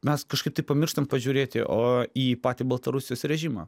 mes kažkaip pamirštam pažiūrėti o į patį baltarusijos režimą